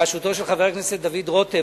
בראשותו של חבר הכנסת דוד רותם,